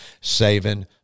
saving